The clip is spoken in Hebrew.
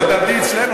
בואי תעבדי אצלנו,